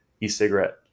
e-cigarette